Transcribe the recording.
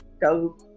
go